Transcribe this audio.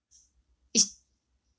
it's